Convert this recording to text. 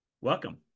welcome